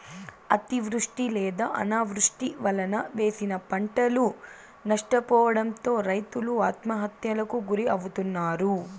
అతివృష్టి లేదా అనావృష్టి వలన వేసిన పంటలు నష్టపోవడంతో రైతులు ఆత్మహత్యలకు గురి అవుతన్నారు